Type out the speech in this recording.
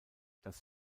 das